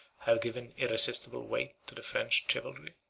have given irresistible weight to the french chivalry.